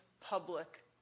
public